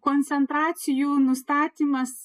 koncentracijų nustatymas